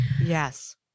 Yes